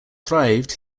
thrived